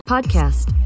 Podcast